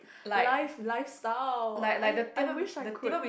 life lifestyle I I wish I could